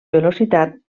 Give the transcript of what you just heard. velocitat